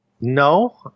No